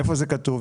איפה זה יהיה כתוב,